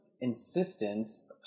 insistence